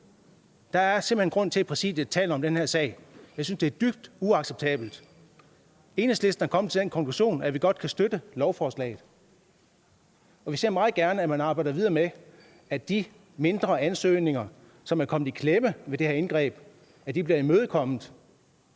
Der er simpelt hen grund til, at Præsidiet taler om den her sag. Jeg synes, det er dybt uacceptabelt. Enhedslisten er kommet til den konklusion, at vi godt kan støtte lovforslaget, og vi ser meget gerne, at man arbejder videre med, at de mindre ansøgninger, som er kommet i klemme ved det her indgreb, bliver imødekommet.